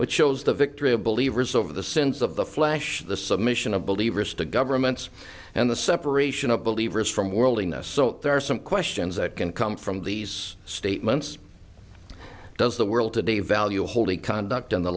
which shows the victory of believers over the sins of the flesh the submission of believers to governments and the separation of believers from worldliness so there are some questions that can come from these statements does the world today value wholly conduct in the